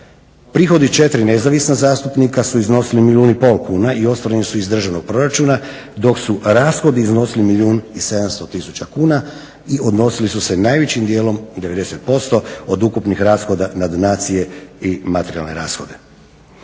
Prihodi 4 nezavisna zastupnika su iznosili milijun i pol kuna i ostvareni su iz državnog proračuna, dok su rashodi iznosili milijun i 700 tisuća kuna i odnosili su se najvećim dijelom, 90% od ukupnih rashoda, na donacije i materijalne rashode.